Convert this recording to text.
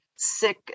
sick